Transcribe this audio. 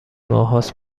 ماههاست